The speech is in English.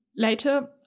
Later